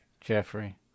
Jeffrey